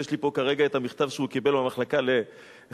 ויש לי פה כרגע המכתב שהוא קיבל מהמחלקה לחקירות